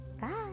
Bye